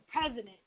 president